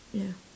ya